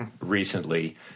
recently